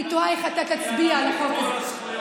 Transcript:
אני תוהה, איך אתה תצביע על החוק הזה?